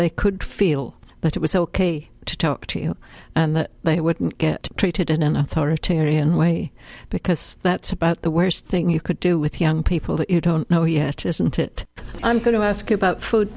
they could feel that it was ok to talk to you and that they wouldn't get treated in an authoritarian way because that's about the worst thing you could do with young people that you don't know he has chosen to it i'm going to ask you about food